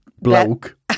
bloke